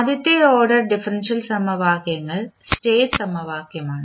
ആദ്യത്തെ order differential സമവാക്യങ്ങൾ state സമവാക്യമാണ്